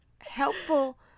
helpful